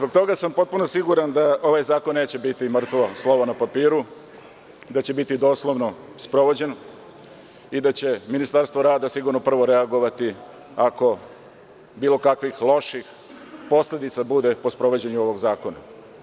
Zbog toga sam potpuno siguran da ovaj zakon neće biti mrtvo slovo na papiru, da će biti doslovno sprovođen i da će Ministarstvo rada sigurno prvo reagovati ako bilo kakvih loših posledica bude po sprovođenje ovog zakona.